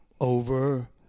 over